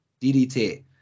DDT